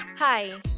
Hi